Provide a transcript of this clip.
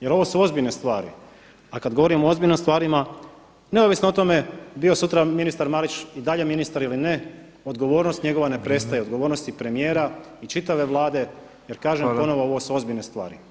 Jer ovo su točne stvari a kada govorim o ozbiljnim stvarima, neovisno o tome bio sutra ministar Marić i dalje ministar ili ne, odgovornost njegova ne prestaje, odgovornost i premija i čitave Vlade, jer kažem ponovno ovo su ozbiljne stvari.